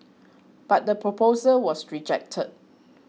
but the proposal was rejected